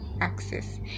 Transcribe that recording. access